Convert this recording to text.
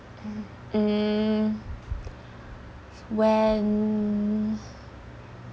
mm when